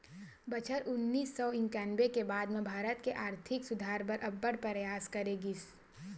बछर उन्नीस सौ इंकानबे के बाद म भारत के आरथिक सुधार बर अब्बड़ परयास करे गिस